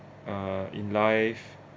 ah in life